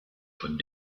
von